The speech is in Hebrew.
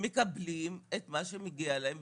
מקום מאוגד יכול להיות מעולה למגזר הציבורי,